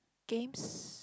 games